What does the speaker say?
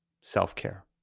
self-care